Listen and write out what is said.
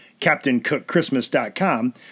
CaptainCookChristmas.com